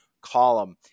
column